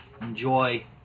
enjoy